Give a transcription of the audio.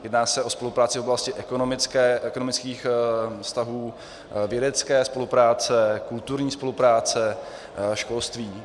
Jedná se o spolupráci v oblasti ekonomické, ekonomických vztahů, vědecké spolupráce, kulturní spolupráce, školství.